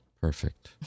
Perfect